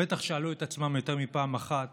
הם לבטח שאלו את עצמם יותר מפעם אחת